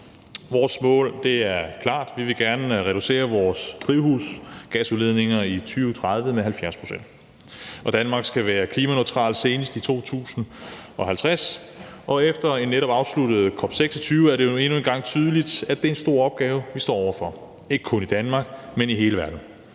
Vores mål er klart: Vi vil gerne reducere vores drivhusgasudledninger i 2030 med 70 pct., og Danmark skal være klimaneutralt senest i 2050. Efter en netop afsluttet COP26 er det endnu en gang tydeligt, at det er en stor opgave, vi står over for – ikke kun i Danmark, men i hele verden.